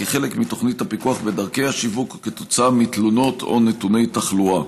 כחלק מתוכנית הפיקוח בדרכי השיווק או עקב תלונות או נתוני תחלואה.